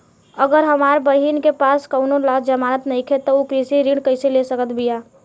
अगर हमार बहिन के पास कउनों जमानत नइखें त उ कृषि ऋण कइसे ले सकत बिया?